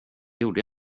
gjorde